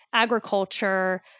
agriculture